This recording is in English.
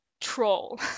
troll